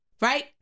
right